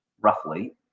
roughly